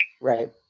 Right